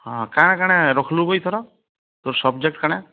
ହଁ କାଣା କାଣା ରଖିଲୁ ବହି ତୋର ତୋ ସବଜେକ୍ଟ କାଣା